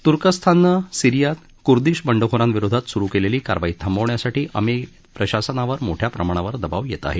तुर्कस्थाननं सिरीयात कुर्दीश बंडखोराविरोधात सुरू केलेली कारवाई थांबवण्यासाठी अमेरिकेत प्रशासनावर मोठ्या प्रमाणावर दबाव येत आहे